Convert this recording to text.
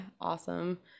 awesome